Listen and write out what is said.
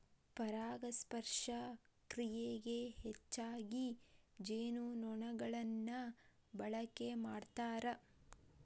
ಪರಾಗಸ್ಪರ್ಶ ಕ್ರಿಯೆಗೆ ಹೆಚ್ಚಾಗಿ ಜೇನುನೊಣಗಳನ್ನ ಬಳಕೆ ಮಾಡ್ತಾರ